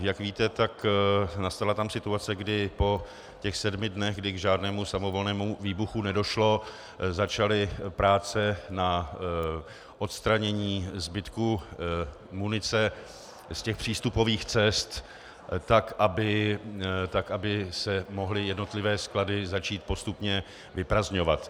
Jak víte, nastala tam situace, kdy po těch sedmi dnech, kdy k žádnému samovolnému výbuchu nedošlo, začaly práce na odstranění zbytku munice z přístupových cest tak, aby se mohly jednotlivé sklady začít postupně vyprazdňovat.